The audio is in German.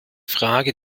frage